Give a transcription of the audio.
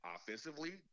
Offensively